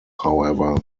however